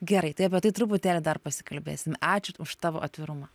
gerai tai apie tai truputėlį dar pasikalbėsim ačiū už tavo atvirumą